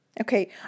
Okay